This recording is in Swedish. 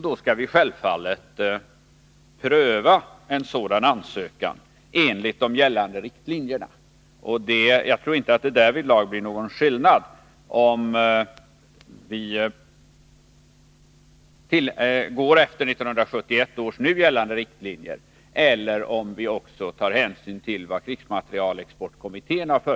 Då skall vi självfallet pröva en sådan ansökan enligt de gällande riktlinjerna. Jag tror inte att det därvidlag blir någon skillnad, om vi går efter 1971 års nu gällande riktlinjer eller om vi nu tar hänsyn till vad krigsmaterielexportkommittén föreslår.